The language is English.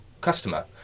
customer